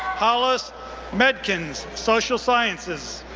hollis madkins, social sciences.